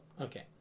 Okay